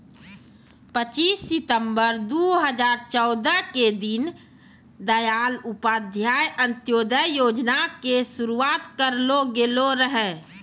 पच्चीस सितंबर दू हजार चौदह के दीन दयाल उपाध्याय अंत्योदय योजना के शुरुआत करलो गेलो रहै